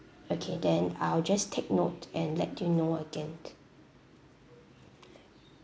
okay then I'll just take note and let you know again